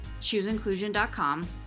chooseinclusion.com